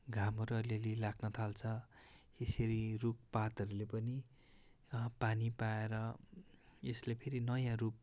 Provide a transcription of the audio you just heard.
घामहरू अलिअलि लाग्नथाल्छ यसरी रुखपातहरूले पनि पानी पाएर यसले फेरि नयाँ रूप